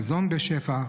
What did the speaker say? מזון בשפע,